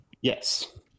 Yes